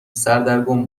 سردرگم